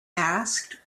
asked